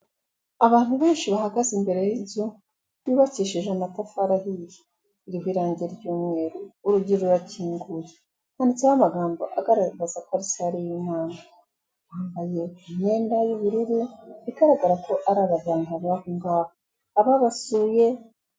Abantu benshi bahagaze imbere y'inzu yubakishije amatafari ahiye, iriho irangira ry'umweru, urugi rurakinguye, handitseho amagambo agaragaza ko ari sale y'inama, bambaye imyenda y'ubururu bigaragara ko ari abaganga baho ngaho, aba basuye.